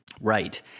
Right